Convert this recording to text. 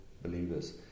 believers